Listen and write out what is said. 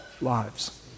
lives